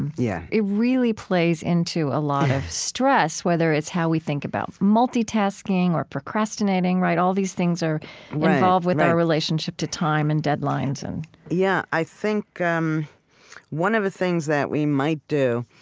yeah it really plays into a lot of stress. whether it's how we think about multitasking or procrastinating, all these things are involved with our relationship to time and deadlines and yeah, i think um one of the things that we might do,